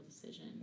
decision